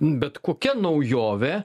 bet kokia naujovė